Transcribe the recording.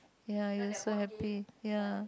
ya you were so happy ya